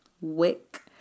Wick